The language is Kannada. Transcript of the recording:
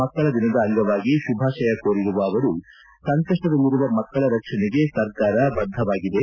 ಮಕ್ಕಳ ದಿನದ ಅಂಗವಾಗಿ ಶುಭಾಶಯ ಕೋರಿರುವ ಅವರು ಸಂಕಷ್ವದಲ್ಲಿರುವ ಮಕ್ಕಳ ರಕ್ಷಣೆಗೆ ಸರ್ಕಾರ ಬದ್ಧವಾಗಿದೆ